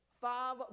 Five